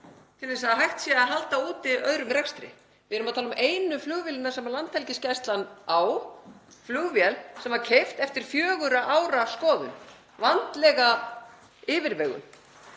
til að hægt sé að halda úti öðrum rekstri. Við erum að tala um einu flugvélina sem Landhelgisgæslan á, flugvél sem var keypt eftir fjögurra ára skoðun, vandlega yfirvegun.